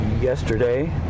yesterday